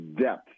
depth